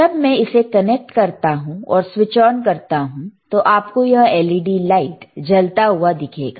जब मैं इसे कनेक्ट करता हूं और स्विच ऑन करता हूं तो आपको यह LED लाइट जलता हुआ दिखेगा